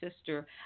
Sister